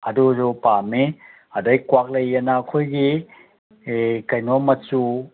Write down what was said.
ꯑꯗꯨꯁꯨ ꯄꯥꯝꯃꯤ ꯑꯗꯒꯤ ꯀ꯭ꯋꯥꯛꯂꯩꯑꯅ ꯑꯩꯈꯣꯏꯒꯤ ꯀꯩꯅꯣ ꯃꯆꯨ